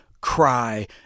cry